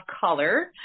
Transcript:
color